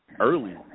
early